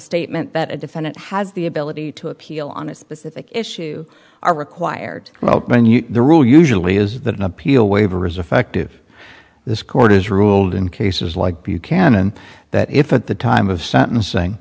statement that a defendant has the ability to appeal on a specific issue are required the rule usually is that an appeal waiver is effective this court has ruled in cases like buchanan that if at the time of sentencing